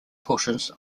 portions